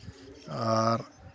ᱟᱨ